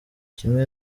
kimwe